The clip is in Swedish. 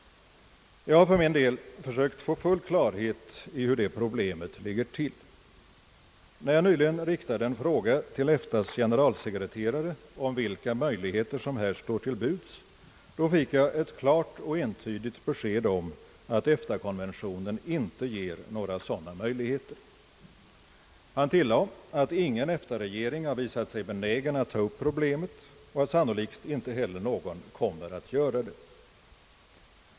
Jag har för min del försökt få full klarhet i hur problemet ligger till. När jag nyligen riktade en fråga till EFTA:s generalsekreterare om vilka möjligheter som här står till buds, fick jag ett klart och entydigt besked om att EFTA konventionen inte ger några sådana möjligheter. Han tillade att ingen EFTA regering visat sig benägen att ta upp problemet och sannolikt kommer inte heller någon att göra det.